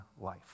Life